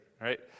right